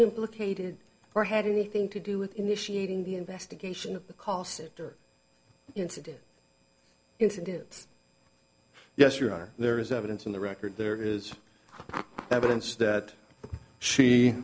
implicated or had anything to do with initiating the investigation of the call center incident incentives yes or are there is evidence in the record there is evidence that she